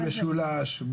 במשולש,